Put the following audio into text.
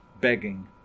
begging